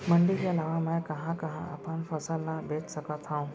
मण्डी के अलावा मैं कहाँ कहाँ अपन फसल ला बेच सकत हँव?